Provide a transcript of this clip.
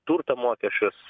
turto mokesčius